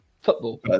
football